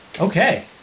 Okay